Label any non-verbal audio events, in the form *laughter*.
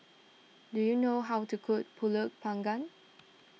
do you know how to cook Pulut Panggang *noise*